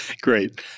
Great